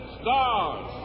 stars